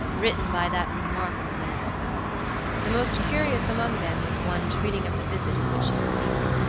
written by that remarkable man the most curious among them is one treating of the visit of which you speak,